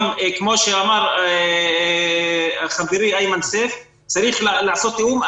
גם כמו שאמר חברי, אימן סייף צריך לעשות תיאום.